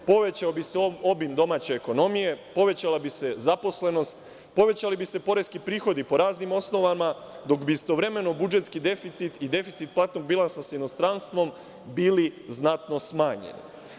Povećao bi se obim domaće ekonomije, povećala bi se zaposlenost, povećali bi se poreski prihodi po raznim osnovama, dok bi istovremeno budžetski deficit i deficit platnog bilansa sa inostranstvom bili znatno smanjeni.